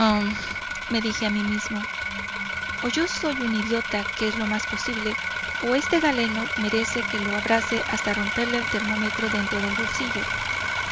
me dije a mí mismo o yo soy un idiota que es lo más posible o este galeno merece que lo abrace hasta romperle el termómetro dentro del bolsillo